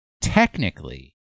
technically